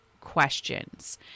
questions